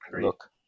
Look